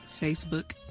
Facebook